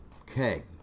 Okay